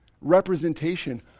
representation